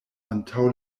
antaŭ